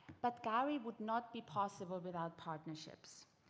but gari would not be possible without partnerships.